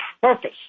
purpose